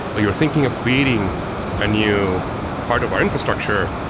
you're thinking of creating a new part of our infrastructure.